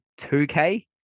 2k